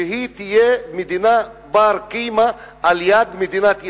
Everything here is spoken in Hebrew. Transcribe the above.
שתהיה מדינת בת-קיימא ליד מדינת ישראל?